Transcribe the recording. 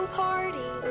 party